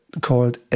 called